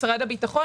את משרד הביטחון.